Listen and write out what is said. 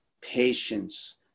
patience